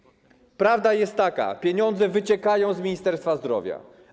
Prawda jest taka: pieniądze wyciekają z Ministerstwa Zdrowia.